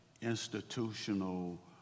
institutional